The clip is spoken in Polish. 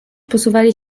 posuwali